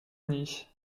unis